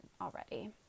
already